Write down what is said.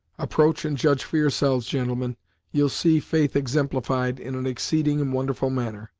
approach and judge for yourselves, gentlemen ye'll see faith exemplified in an exceeding and wonderful manner.